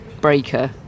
breaker